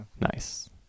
Nice